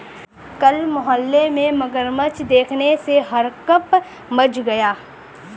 कल मोहल्ले में मगरमच्छ देखने से हड़कंप मच गया